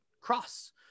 cross